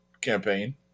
campaign